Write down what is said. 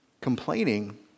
Complaining